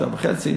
שעה וחצי,